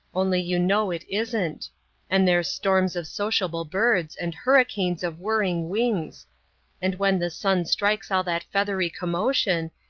only you know it isn't and there's storms of sociable birds, and hurricanes of whirring wings and when the sun strikes all that feathery commotion,